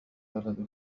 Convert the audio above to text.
ترتدي